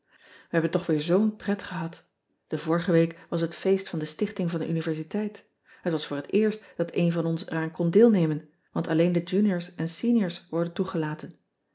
e hebben toch weer zoo n pret gehad e vorige week was het feest van de tichting van de niversiteit et was voor het eerst dat een van ons er aan kon deelnemen want alleen de uniors en eniors worden toegelaten